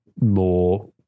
more